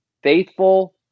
Faithful